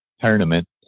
tournament